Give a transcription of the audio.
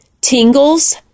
Tingles